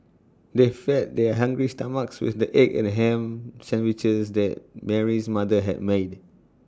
they fed their hungry stomachs with the egg and Ham Sandwiches that Mary's mother had made